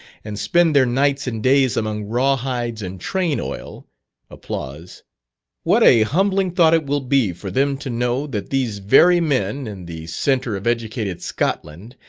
and spend their nights and days among raw hides and train oil applause what a humbling thought it will be for them to know that these very men in the centre of educated scotland,